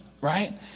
right